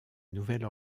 nouvelle